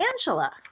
Angela